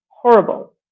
horrible